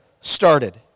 started